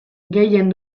gehien